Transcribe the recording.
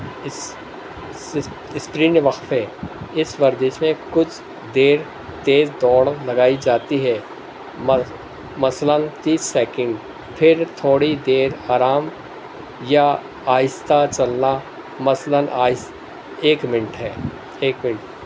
اس اسکرین وقفے اس ورزش میں کچھ دیر تیز دوڑ لگائی جاتی ہے مثلاً تیس سیکنڈ پھر تھوڑی دیر آرام یا آہستہ چلنا مثلاً آئس ایک منٹ ہے ایک منٹ